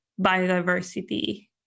biodiversity